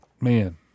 Man